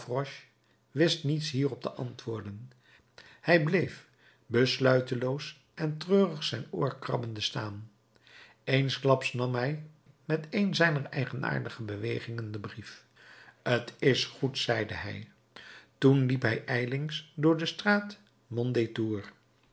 wist niets hierop te antwoorden hij bleef besluiteloos en treurig zijn oor krabbende staan eensklaps nam hij met een zijner eigenaardige bewegingen den brief t is goed zeide hij toen liep hij ijlings door de straat